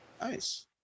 Nice